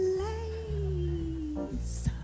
lace